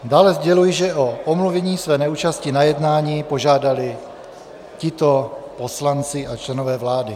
Dále sděluji, že o omluvení své neúčasti na jednání požádali tito poslanci a členové vlády.